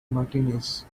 martinis